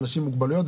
האנשים עם מוגבלויות,